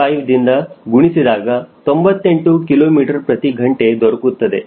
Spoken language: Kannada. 5 ದಿಂದ ಗುಣಿಸಿದಾಗ 98 kmh ದೊರಕುತ್ತದೆ